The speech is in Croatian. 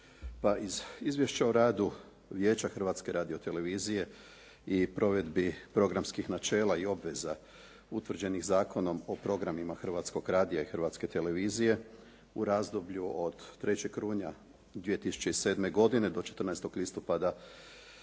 izvješća o radu Vijeća Hrvatske radiotelevizije i provedbi programskih načela i obveza utvrđenih Zakonom o programima Hrvatskog radija i Hrvatske televizije u razdoblju od 3. rujan 2007. godine do 14. listopada